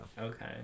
okay